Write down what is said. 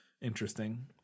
Interesting